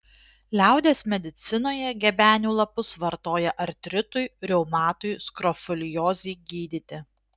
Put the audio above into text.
liaudies medicinoje gebenių lapus vartoja artritui reumatui skrofuliozei gydyti